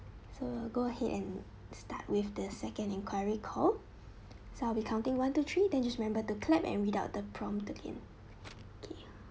so I go ahead and start with the second enquiry call so I will be counting one two three then you just remember to clap and without the prompt again okay